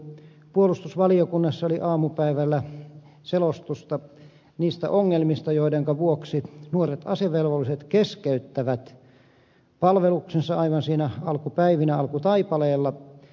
puolustusvaliokunnassa oli aamupäivällä selostusta niistä ongelmista joidenka vuoksi nuoret asevelvolliset keskeyttävät palveluksensa aivan siinä alkupäivinä alkutaipaleella